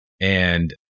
And-